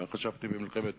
כך חשבתי במלחמת